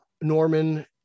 Norman